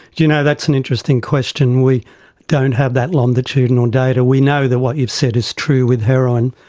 you know that's an interesting question. we don't have that longitudinal data. we know that what you've said is true with heroin.